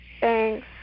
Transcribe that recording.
Thanks